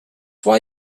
why